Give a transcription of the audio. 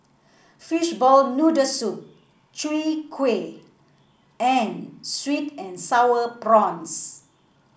Fishball Noodle Soup Chwee Kueh and sweet and sour prawns